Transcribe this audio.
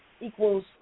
equals